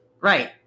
Right